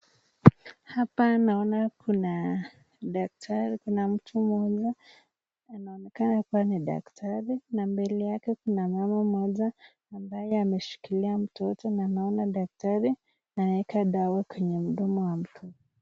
Hapa naona kuna daktari kuna mtu mmoja anaonekana kuwa ni daktari na mbele yake kuna mama mmoja ambaye ameshikilia mtoto na naona daktari akiweka dawa kwenye mdomo ya mtoto.